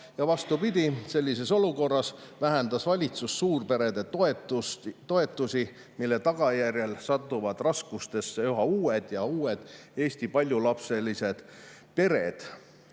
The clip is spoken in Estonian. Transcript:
Vastupidi, sellises olukorras vähendas valitsus suurperede toetusi, mille tagajärjel satuvad raskustesse üha uued ja uued Eesti paljulapselised pered.